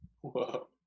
Whoa